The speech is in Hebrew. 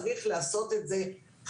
צריך לעשות את זה חכם,